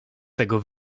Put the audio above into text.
tego